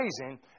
amazing